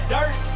Dirt